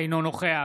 אינו נוכח